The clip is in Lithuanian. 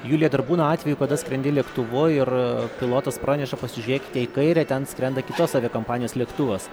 julija dar būna atvejų kada skrendi lėktuvu ir pilotas praneša pasižiūrėkite į kairę ten skrenda kitos aviakompanijos lėktuvas